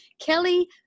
Kelly